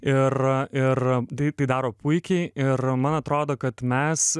ir ir taip tai daro puikiai ir man atrodo kad mes